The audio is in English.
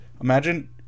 Imagine